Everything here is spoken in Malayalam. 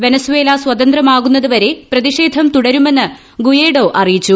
വെനസ്വേല സ്വതന്ത്രമാകുന്നതുവരെ പ്രതിഷേധം തുടരുമെന്ന് ഗുയെഡോ അറിയിച്ചു